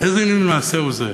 איזה מין מעשה הוא זה,